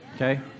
okay